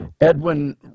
Edwin